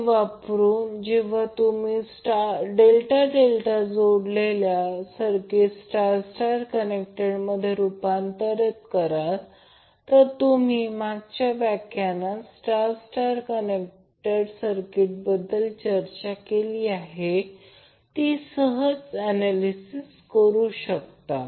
हे वापरून जेव्हा तुम्ही डेल्टा डेल्टा जोडलेले circuit star star connected circuit मध्ये रूपांतर कराल तुम्ही मागच्या व्याख्यानात स्टार स्टार कनेक्टेड सर्किटबाबत जी चर्चा केली ती सहज ऍनॅलिसिस करू शकता